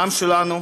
לעם שלנו